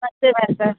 नमस्ते भाई साहब